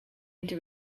into